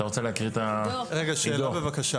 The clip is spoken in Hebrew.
(היו"ר אליהו ברוכי)